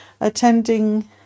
attending